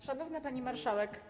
Szanowna Pani Marszałek!